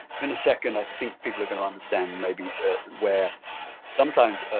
in a second, i think people are going to understand maybe where sometimes,